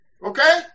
Okay